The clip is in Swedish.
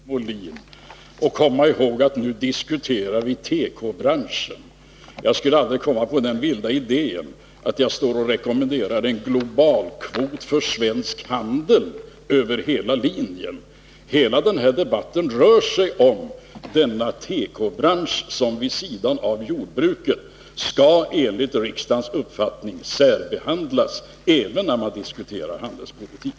Herr talman! Skall det vara så svårt för herr Molin att komma ihåg att vi nu diskuterar tekobranschen? Jag skulle aldrig komma på den vilda idén att rekommendera en globalkvot för svensk handel över hela linjen. Hela den här debatten rör sig om denna tekobransch, som vid sidan om jordbruket skall — enligt riksdagens uppfattning — särbehandlas även när man diskuterar handelspolitik.